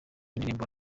indirimbo